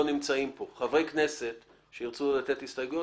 נמצאים כאן - שרוצים להגיש הסתייגויות,